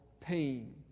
pain